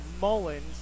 Mullins